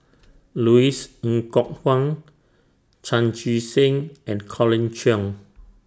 Louis Ng Kok Kwang Chan Chee Seng and Colin Cheong